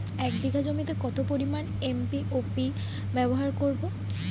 এক বিঘা জমিতে কত পরিমান এম.ও.পি ব্যবহার করব?